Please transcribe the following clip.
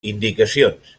indicacions